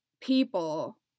people